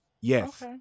yes